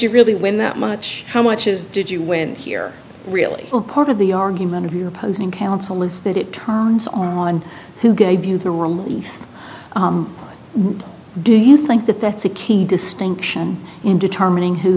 you really win that much how much is did you win here really part of the argument here opposing counsel is that it turns on who gave you the wrong do you think that that's a key distinction in determining who